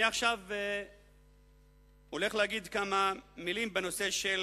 אני עכשיו הולך להגיד כמה מלים בנושא של